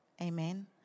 Amen